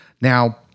Now